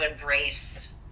embrace